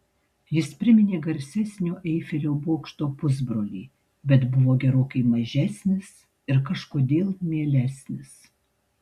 jis priminė garsesnio eifelio bokšto pusbrolį bet buvo gerokai mažesnis ir kažkodėl mielesnis